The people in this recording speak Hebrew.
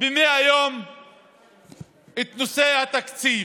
ב-100 יום את נושא התקציב.